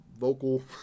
vocal